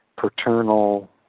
paternal